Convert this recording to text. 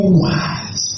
wise